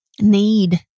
need